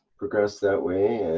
progress that way